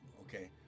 Okay